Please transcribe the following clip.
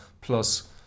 plus